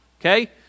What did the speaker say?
Okay